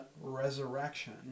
Resurrection